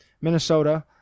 Minnesota